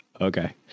Okay